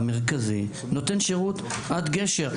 המרכזי נותן שירות עד גשר,